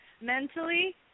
mentally